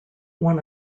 one